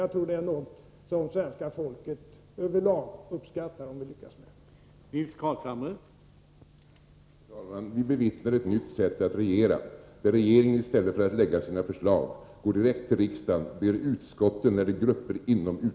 Jag tror att svenska folket över lag uppskattar om vi lyckas med det.